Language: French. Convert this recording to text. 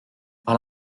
par